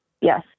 Yes